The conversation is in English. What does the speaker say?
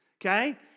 Okay